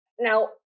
Now